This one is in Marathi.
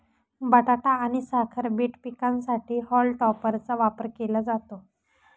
बटाटा आणि साखर बीट पिकांसाठी हॉल टॉपरचा वापर केला जातो